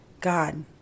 God